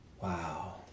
Wow